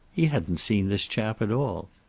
he hadn't seen this chap at all.